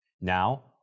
Now